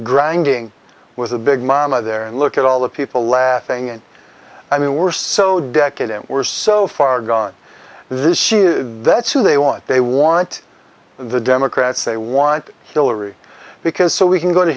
grinding was a big mama there and look at all the people laughing and i mean we're so decadent we're so far gone this is she that's who they want they want the democrats they want hillary because so we can go to